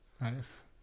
Nice